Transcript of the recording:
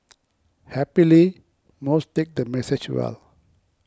happily most take the message well